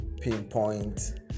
pinpoint